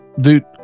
Dude